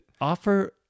offer